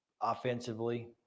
offensively